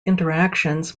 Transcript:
interactions